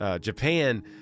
Japan